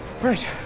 Right